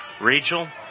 Rachel